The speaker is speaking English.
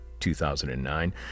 2009